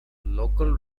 local